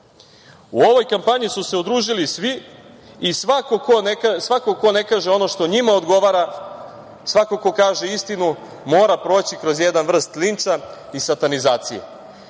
ovoj kampanji su se udružili svi i svako ko ne kaže ono što njima odgovara, svako ko kaže istinu mora proći kroz neku vrstu linča i satanizacije.